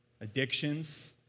addictions